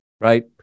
right